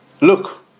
look